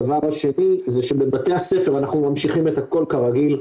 הדבר השני זה שבבתי הספר אנחנו ממשיכים את הכול כרגיל,